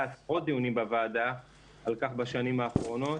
אולי עשרות דיונים בוועדה על כך בשנים האחרונות.